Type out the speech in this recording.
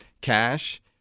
cash